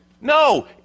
No